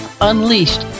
Unleashed